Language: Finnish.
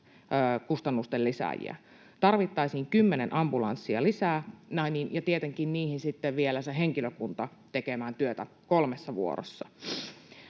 kustannusten lisääjiä. Tarvittaisiin 10 ambulanssia lisää ja tietenkin niihin sitten vielä se henkilökunta tekemään työtä kolmessa vuorossa.